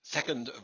Second